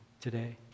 today